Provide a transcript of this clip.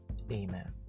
Amen